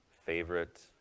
favorite